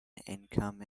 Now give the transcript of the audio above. income